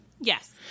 Yes